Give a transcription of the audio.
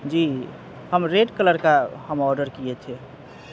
جی ہم red colour کا ہم آرڈر کیے تھے